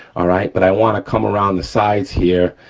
all right, but i wanna come around the sides here.